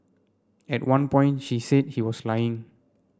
at one point she said he was lying